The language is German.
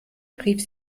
rief